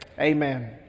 Amen